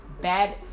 bad